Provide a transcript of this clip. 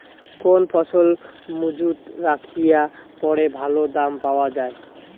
কোন ফসল মুজুত রাখিয়া পরে ভালো দাম পাওয়া যায়?